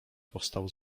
powstał